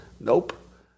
Nope